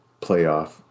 playoff